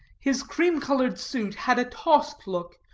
his cream-colored suit had a tossed look,